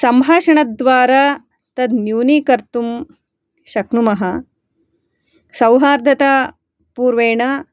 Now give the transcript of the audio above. सम्भाषणद्वारा तत् न्यूनीकर्तुं शक्नुमः सौहार्दता पूर्वेण